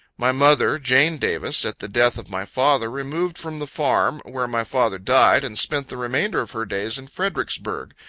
my mother, jane davis, at the death of my father, removed from the farm, where my father died, and spent the remainder of her days in fredericksburg,